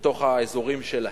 בתוך האזורים שלהם,